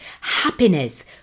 happiness